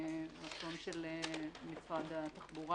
מרצון של משרד התחבורה,